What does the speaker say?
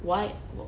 what